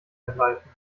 ergreifen